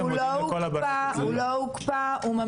זה מה שמודיעים לכל הבנות.